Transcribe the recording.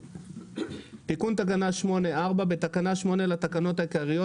תיקון תקנה 8 בתקנה 8 לתקנות העיקריות,